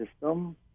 system